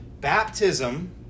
Baptism